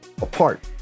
apart